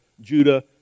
Judah